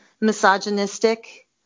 misogynistic